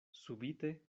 subite